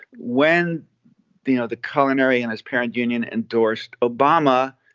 when the you know the culinary and his parent union endorsed obama,